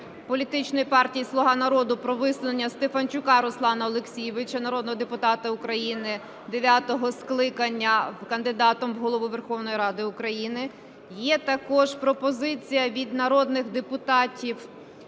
політичної партії "Слуга народу" про висунення Стефанчука Руслана Олексійовича, народного депутата України дев'ятого скликання кандидатом на Голову Верховної Ради України. Є також пропозиція від народних депутатів